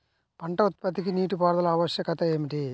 పంట ఉత్పత్తికి నీటిపారుదల ఆవశ్యకత ఏమిటీ?